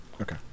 Okay